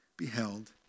beheld